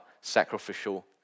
sacrificial